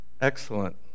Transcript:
excellent